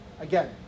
Again